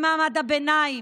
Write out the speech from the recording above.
למעמד הביניים,